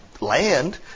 land